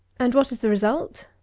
and what is the result?